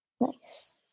Nice